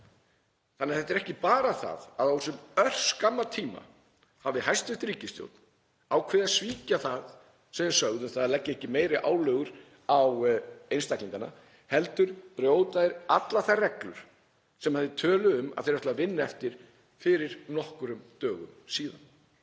Það er ekki bara að á þessum örskamma tíma hafi hæstv. ríkisstjórn ákveðið að svíkja það sem þeir sögðu, að leggja ekki meiri álögur á einstaklingana, heldur brjóta þeir allar þær reglur sem þeir töluðu um að þeir ætluðu að vinna eftir fyrir nokkrum dögum síðan.